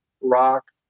rock